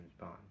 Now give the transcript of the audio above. Bond